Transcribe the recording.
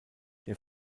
der